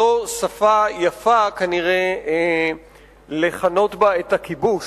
זו שפה יפה, כנראה, לכנות בה את הכיבוש